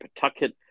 Pawtucket